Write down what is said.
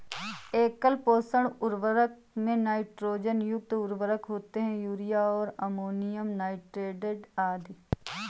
एकल पोषक उर्वरकों में नाइट्रोजन युक्त उर्वरक होते है, यूरिया और अमोनियम नाइट्रेट आदि